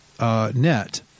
Net